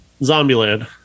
Zombieland